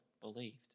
believed